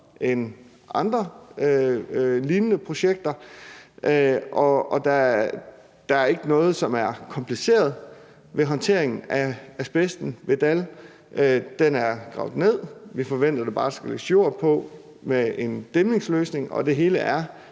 end andre lignende projekter, og der er ikke noget, som er kompliceret ved håndteringen af asbest ved Dall. Den er gravet ned, og vi forventer, at der bare skal lægges jord på med en dæmningsløsning, og det hele er